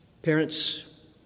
Parents